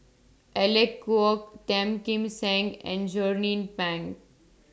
Alec Kuok Tan Kim Seng and Jernnine Pang